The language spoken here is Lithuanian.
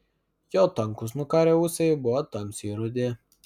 jo tankūs nukarę ūsai buvo tamsiai rudi